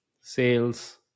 sales